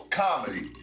comedy